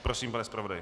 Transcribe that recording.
Prosím, pane zpravodaji.